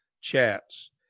Chats